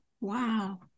Wow